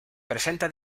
presenta